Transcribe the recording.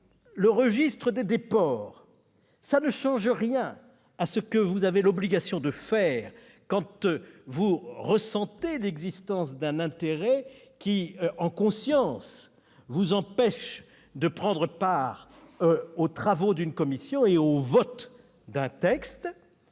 vie politique. Cela ne changera rien à ce que vous avez l'obligation de faire quand vous ressentez l'existence d'un intérêt qui, en conscience, vous empêche de prendre part aux travaux d'une commission et au vote d'un texte,